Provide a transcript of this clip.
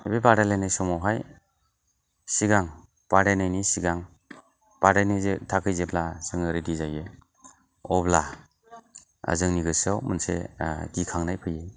बे बादायलायनाय समावहाय सिगां बादायनायनि सिगां बादायनो थाखै जेब्ला जोङो रेडि जायो अब्ला जोंनि गोसोआव मोनसे गिखांनाय फैयो